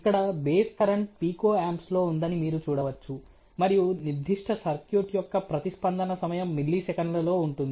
ఇక్కడ base current pico amps లో ఉందని మీరు చూడవచ్చు మరియు నిర్దిష్ట సర్క్యూట్ యొక్క ప్రతిస్పందన సమయం మిల్లీ సెకన్లలో ఉంటుంది